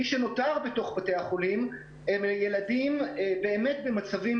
מי שנותר בתוך בתי החולים הם ילדים באמת במצבים